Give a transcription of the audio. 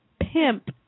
pimp